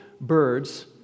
birds